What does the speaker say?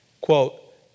quote